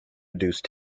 reduce